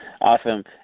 Awesome